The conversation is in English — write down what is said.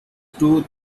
two